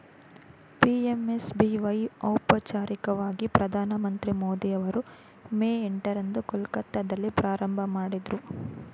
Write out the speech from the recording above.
PMSBY ಔಪಚಾರಿಕವಾಗಿ ಪ್ರಧಾನಮಂತ್ರಿ ಮೋದಿ ಅವರು ಮೇ ಎಂಟ ರಂದು ಕೊಲ್ಕತ್ತಾದಲ್ಲಿ ಪ್ರಾರಂಭಮಾಡಿದ್ರು